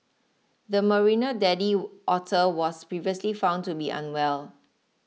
the Marina daddy otter was previously found to be unwell